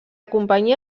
companyia